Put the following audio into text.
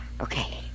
okay